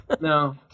No